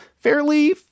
fairly